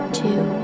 two